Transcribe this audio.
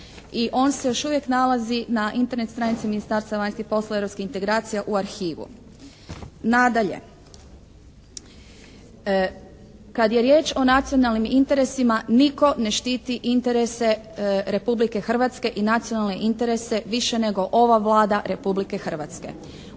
i on se još uvijek nalazi na Internet stranici Ministarstva vanjskih poslova i europskih integracija u arhivu. Nadalje, kad je riječ o nacionalnim interesima nitko ne štiti interese Republike Hrvatske i nacionalne interese više nego ova Vlada Republike Hrvatske.